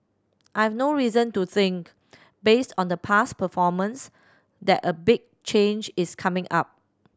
I've no reason to think based on the past performance that a big change is coming up